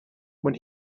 when